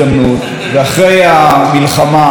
ואחרי המלחמה,